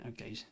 okay